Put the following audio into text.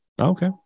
Okay